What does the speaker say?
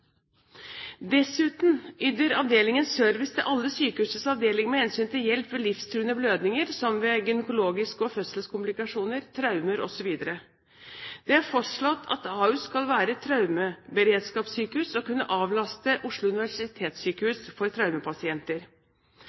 Dessuten yter avdelingen service til alle sykehusets avdelinger med hensyn til hjelp ved livstruende blødninger, som ved gynekologiske komplikasjoner, fødselskomplikasjoner, traumer osv. Det er fastslått at Ahus skal være traumeberedskapssykehus og kunne avlaste Oslo universitetssykehus for traumepasienter.